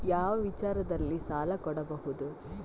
ಯಾವ ವಿಚಾರದಲ್ಲಿ ಸಾಲ ಕೊಡಬಹುದು?